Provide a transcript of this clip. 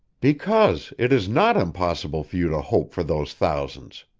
because it is not impossible for you to hope for those thousands.